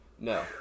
No